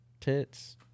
tits